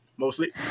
Mostly